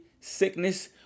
sickness